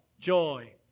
joy